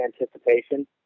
anticipation